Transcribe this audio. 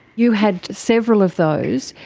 you had several of those.